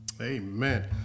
Amen